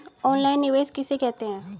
Online निवेश किसे कहते हैं?